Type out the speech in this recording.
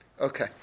Okay